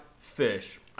Fish